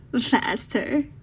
Faster